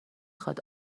خواد